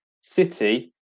City